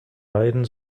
weiden